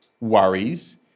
worries